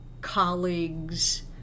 Colleagues